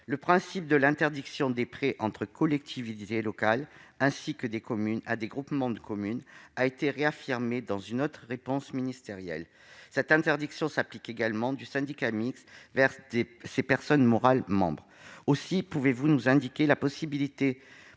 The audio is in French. Le principe de l'interdiction des prêts entre collectivités locales ainsi que des communes vers des groupements de communes a été réaffirmé dans une autre réponse ministérielle. Cette interdiction s'applique également du syndicat mixte vers les personnes morales qui en sont membres. Madame la secrétaire